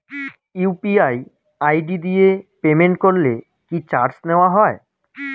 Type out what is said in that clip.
UPI ID দিয়ে payment করলে কি চার্জ নেয়া হয়?